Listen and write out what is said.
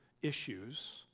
Issues